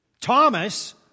Thomas